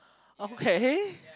okay